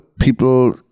people